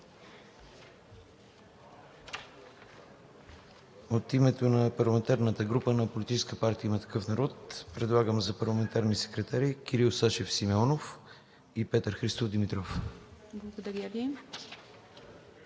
От името на парламентарната група на Политическа партия „Има такъв народ“ предлагам за парламентарни секретари Кирил Сашев Симеонов и Петър Христов Димитров. ПРЕДСЕДАТЕЛ